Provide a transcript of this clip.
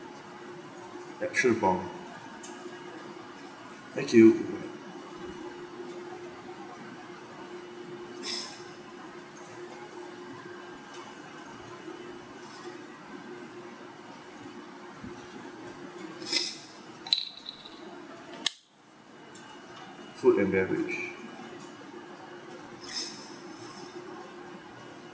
ya sure no problem thank you food and beverage